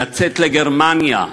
לצאת לגרמניה,